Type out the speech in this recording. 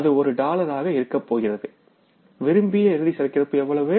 அது ஒரு டாலராக இருக்கப்போகிறது டிசைர்ட் குளோசிங் ஸ்டாக் எவ்வளவு